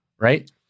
right